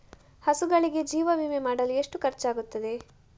ಹಸುಗಳಿಗೆ ಜೀವ ವಿಮೆ ಮಾಡಲು ಎಷ್ಟು ಖರ್ಚಾಗುತ್ತದೆ?